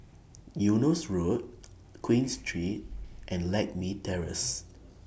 Eunos Road Queen Street and Lakme Terrace